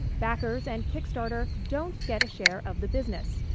backers and kickstarter don't get a share of the business.